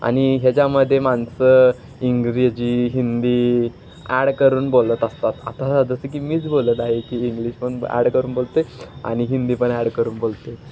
आणि ह्याच्यामध्ये माणसं इंग्रजी हिंदी ॲड करून बोलत असतात आता जसं की मीच बोलत आहे की इंग्लिश पण ॲड करून बोलत आहे आणि हिंदी पण ॲड करून बोलत आहे